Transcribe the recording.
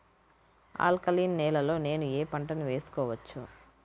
Alkaline నేలలో నేనూ ఏ పంటను వేసుకోవచ్చు?